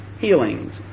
healings